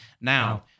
Now